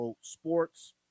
sports